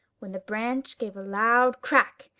when the branch gave a loud crack,